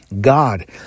God